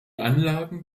anlagen